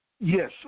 Yes